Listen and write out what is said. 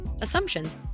assumptions